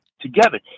together